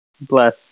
Bless